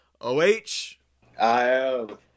O-H-I-O